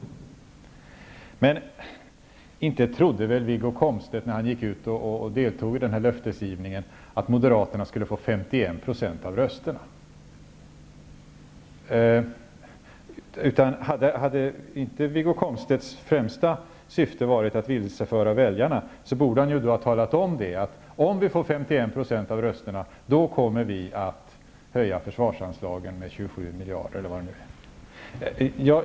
Men inte trodde väl Wiggo Komstedt när han gick ut och deltog i denna löftesgivning att moderaterna skulle få 51 % av rösterna? Hade inte Wiggo Komstedts främsta syfte varit att vilseföra väljarna, borde han ha sagt, att om vi får 51 % av rösterna kommer vi att höja försvarsanslagen med 27 miljarder, eller vad det nu var.